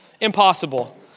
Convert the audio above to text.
Impossible